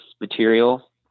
material